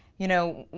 you know,